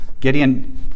Gideon